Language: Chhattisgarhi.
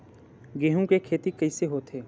गेहूं के खेती कइसे होथे?